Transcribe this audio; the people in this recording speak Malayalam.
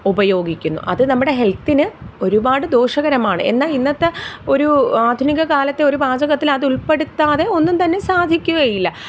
ഉപയോഗിക്കുന്നു അത് നമ്മുടെ ഹെൽത്തിന് ഒരുപാട് ദോഷകരമാണ് എന്നാൽ ഇന്നത്തെ ഒരു ആധുനികകാലത്തെ ഒരു വാചകത്തിൽ ഉൾപ്പെടുത്താതെ ഒന്നുംതന്നെ സാധിക്കുകയില്ല